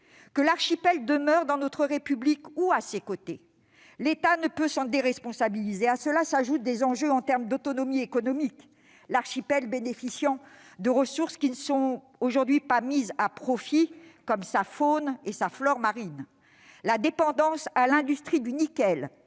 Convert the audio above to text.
Que l'archipel demeure dans notre République ou à ses côtés, l'État ne peut s'en déresponsabiliser. À cela s'ajoutent des enjeux d'autonomie économique, l'archipel bénéficiant de ressources qui ne sont aujourd'hui pas mises à profit, comme sa faune et sa flore marines. La dépendance à l'industrie du nickel,